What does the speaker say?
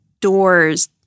doors